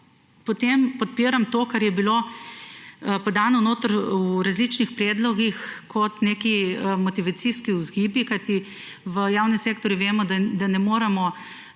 podpiram to, kar je bilo podano v različnih predlogih kot motivacijski vzgibi, kajti v javnem sektorju vemo, da ne moremo